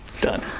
Done